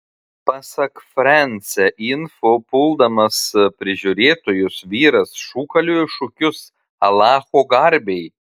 pasak france info puldamas prižiūrėtojus vyras šūkaliojo šūkius alacho garbei